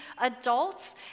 adults